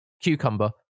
cucumber